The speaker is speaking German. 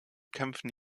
kämpfen